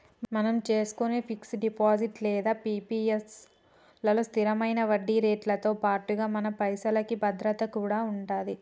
మనం చేసుకునే fix deposit లేదా పి.పి.ఎస్ లలో స్థిరమైన వడ్డీరేట్లతో పాటుగా మన పైసలకి భద్రత కూడా ఉంటది